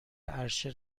عرشه